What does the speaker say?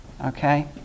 Okay